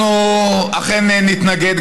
אנחנו אכן נתנגד.